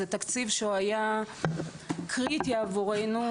זה תקציב שהוא היה קריטי עבורנו,